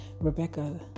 Rebecca